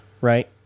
right